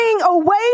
away